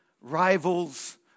rivals